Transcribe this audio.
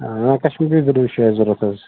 کشمیری چھُ اَسہِ ضوٚرت حظ